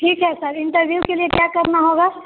ठीक है sir interview के लिए क्या करना होगा